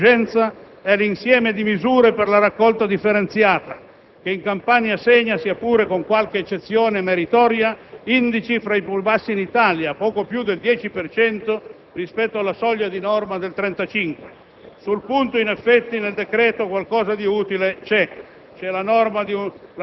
A mio avviso il solo efficace, oltre agli interventi immediati di somma urgenza, è l'insieme di misure per la raccolta differenziata, che in Campania segna, sia pure con qualche eccezione meritoria, indici fra i più bassi in Italia: poco più del 10 per cento rispetto alla soglia di norma del 35.